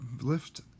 lift